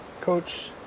Coach